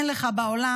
אין לך בעולם